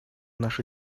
наша